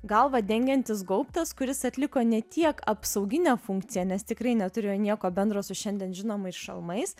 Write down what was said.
galvą dengiantis gaubtas kuris atliko ne tiek apsauginę funkciją nes tikrai neturėjo nieko bendro su šiandien žinomais šalmais